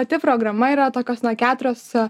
pati programa yra tokios na keturios